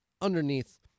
underneath